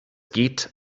geht